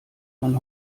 man